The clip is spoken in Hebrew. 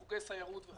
חוגי סיירות וכולי.